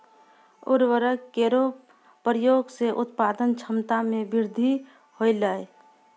उर्वरक केरो प्रयोग सें उत्पादन क्षमता मे वृद्धि होलय